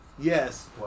Yes